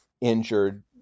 injured